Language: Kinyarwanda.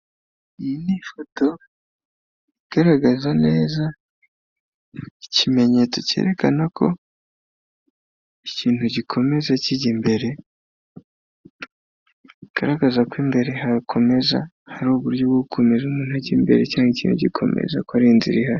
Iyi ni ifoto igaragaza neza ikimenyetso cyerekana ko ikintu gikomeza kijya imbere. Igaragaza ko imbere hakomeza, hari uburyo bwo gukomeza umuntu ajya imbere cyangwa ikindi gikomeza, ko inzira ihari.